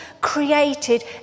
created